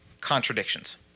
contradictions